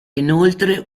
inoltre